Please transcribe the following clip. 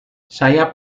saya